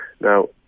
Now